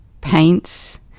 paints